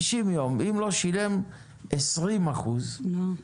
אם לא שילם 20 אחוזים,